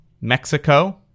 Mexico